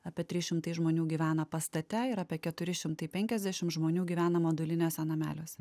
apie trys šimtai žmonių gyvena pastate yra apie keturi šimtai penkiasdešimt žmonių gyvena moduliniuose nameliuose